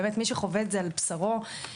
באמת, מי שחווה את זה על בשרו מבין.